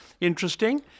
interesting